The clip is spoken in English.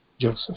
Joseph